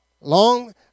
Long